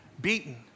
beaten